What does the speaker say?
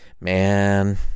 man